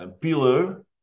pillar